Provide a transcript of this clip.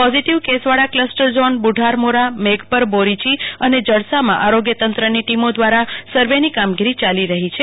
positive કેસવાળા cluster zone બુઢારમોરામેઘપર બોરીચી અને જડસામાં આરોગ્ય તંત્રની ટીમો દ્રારા સર્વેની કામગીરી યાલી રહી છે